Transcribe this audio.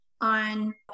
on